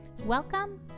Welcome